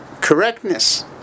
correctness